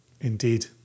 Indeed